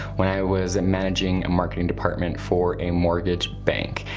when i was in managing a marketing department for a mortgage bank.